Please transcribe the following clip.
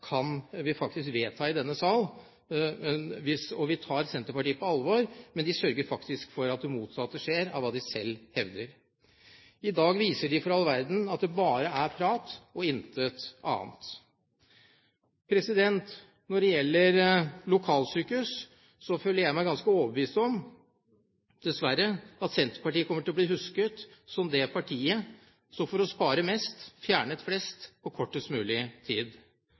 kan vi faktisk vedta i denne sal, og vi tar Senterpartiet på alvor, men de sørger faktisk for at det motsatte skjer av hva de selv hevder. I dag viser de for all verden at det bare er prat og intet annet. Når det gjelder lokalsykehus, føler jeg meg ganske overbevist om – dessverre – at Senterpartiet kommer til å bli husket som det partiet som for å spare mest fjernet flest på kortest mulig tid.